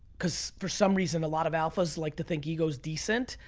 cause for some reason a lot of alphas like to think ego's decent.